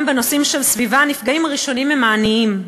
גם בנושאים של סביבה הנפגעים הראשונים הם העניים.